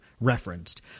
referenced